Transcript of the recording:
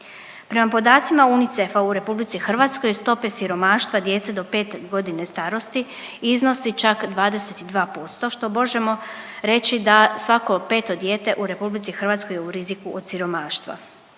Prema podacima UNICEF-a u RH, stope siromaštva djece do 5 godine starosti, iznosi čak 22%, što možemo reći da svako 5. dijete u RH je u riziku od siromaštva,